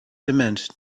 dement